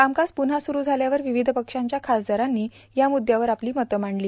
कामकाज प्रव्हा स्वरू झाल्यावर विविध पक्षांव्या खासदारांनी या मुद्यावर आपली मतं मांडली